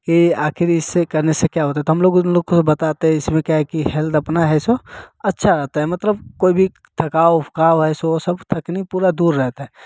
कि आखिर इससे करने से क्या होता है तो हम लोग उन लोग को बताते हैं इसमें क्या है कि हेल्थ अपना है जो अच्छा रहता है मतलब कोई भी थकाव वकाव ऐसे हो सब थकनी पूरा दूर रहता है